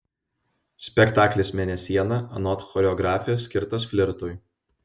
spektaklis mėnesiena anot choreografės skirtas flirtui